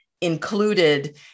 included